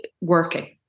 working